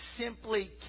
simply